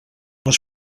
les